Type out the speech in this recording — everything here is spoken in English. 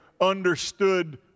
understood